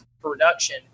production